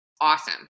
awesome